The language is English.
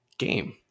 game